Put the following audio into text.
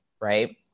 right